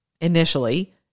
initially